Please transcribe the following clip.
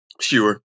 Sure